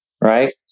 Right